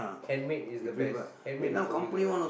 handmade is the best handmade is always the best